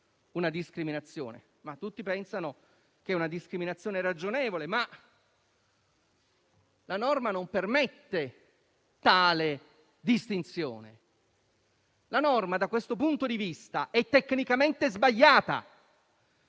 una discriminazione; tutti pensano che sia una discriminazione ragionevole, ma la norma non permette tale distinzione. Da questo punto di vista la norma è tecnicamente sbagliata